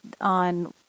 on